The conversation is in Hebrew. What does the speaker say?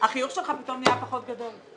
החיוך שלך פתאום נהיה פחות גדול.